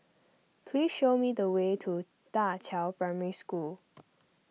please show me the way to Da Qiao Primary School